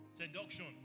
Seduction